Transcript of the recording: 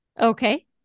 Okay